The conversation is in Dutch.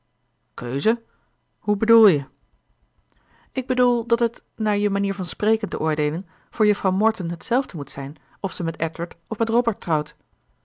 keuze hoe bedoel je ik bedoel dat het naar je manier van spreken te oordeelen voor juffrouw morton hetzelfde moet zijn of ze met edward of met robert trouwt